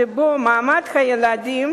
שבו מעמד הילדים